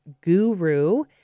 guru